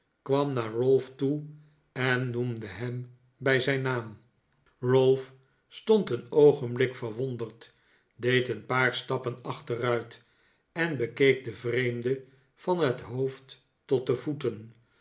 kwam naar ralph toe en noemde hem bij zijn naam ralph stond een oogenblik verwonderd deed een paar stappen achteruit en bekeek den vreemde van het hoofd tot de vpeten